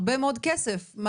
הרבה מאוד כסף יש שם.